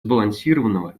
сбалансированного